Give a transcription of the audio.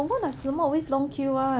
punggol nasi lemak always long queue [one]